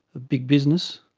big business,